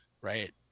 Right